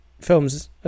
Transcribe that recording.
films